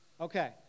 Okay